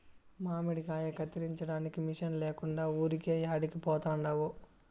మామిడికాయ కత్తిరించడానికి మిషన్ లేకుండా ఊరికే యాడికి పోతండావు